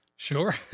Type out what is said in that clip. Sure